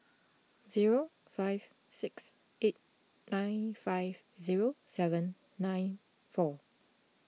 zero five six eight nine five zero seven nine four